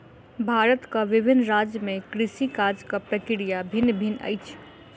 भारतक विभिन्न राज्य में कृषि काजक प्रक्रिया भिन्न भिन्न अछि